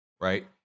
right